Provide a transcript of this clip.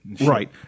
Right